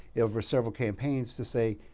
over several campaigns to say,